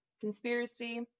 Conspiracy